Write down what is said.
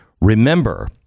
Remember